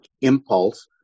impulse